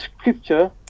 scripture